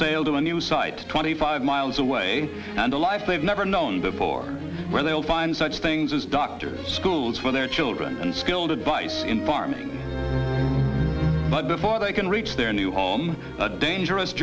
sail to a new site twenty five miles away and a life they've never known before where they will find such things as doctors schools for their children and skilled advice in farming but before they can reach their new home a dangerous